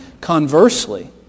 Conversely